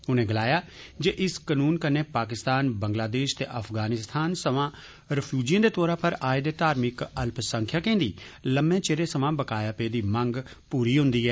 उनें गलाया जे इस कनून कन्नै पाकिस्तानी बंगलादेष ते अफगानिस्तान सवां रिफ्यूजिएं दे तौरा पर आए दे धार्मिक अल्पसंख्यकें दी लम्मे चिरा सवां बकाया पेदी मंग पूरी होंदी ऐ